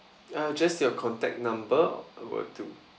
uh just your contact number will do